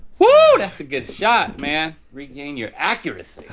woo, that's a good shot, man. regained your accuracy.